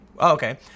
Okay